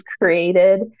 created